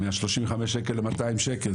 מה-35 שקלים ל-200 שקלים,